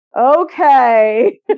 okay